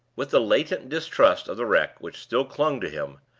with the latent distrust of the wreck which still clung to him,